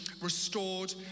restored